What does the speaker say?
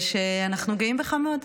אנחנו גאים בך מאוד.